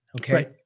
Okay